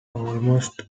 almost